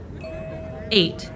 Eight